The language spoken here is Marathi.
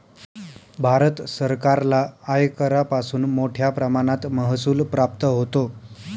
भारत सरकारला आयकरापासून मोठया प्रमाणात महसूल प्राप्त होतो